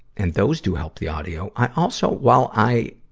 and those do help the audio. i also, while i,